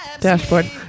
Dashboard